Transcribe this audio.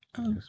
Yes